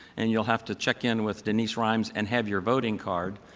and you'll have to check in with denise rimes and have your voting cards.